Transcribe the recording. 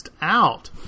out